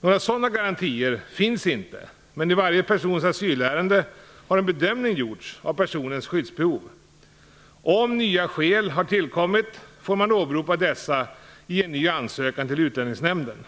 Några sådana garantier finns inte, men i varje persons asylärende har en bedömning gjorts av personens skyddsbehov. Om nya skäl har tillkommit, får man åberopa dessa i en ny ansökan till Utlänningsnämnden.